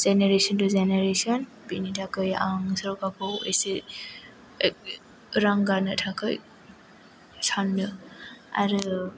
generation to generation बिनि थाखै आं सरकारखौ एसे रां गारनो थाखै सानो आरो